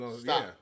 Stop